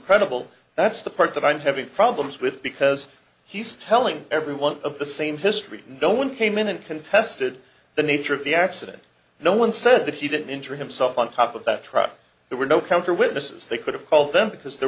incredible that's the part that i'm having problems with because he's telling everyone of the same history no one came in and contested the nature of the accident no one said that he didn't injure himself on top of that truck there were no counter witnesses they could have called them because there